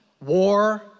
war